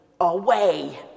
away